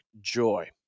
joy